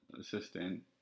assistant